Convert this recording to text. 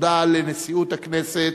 תודה לנשיאות הכנסת.